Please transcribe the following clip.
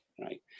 right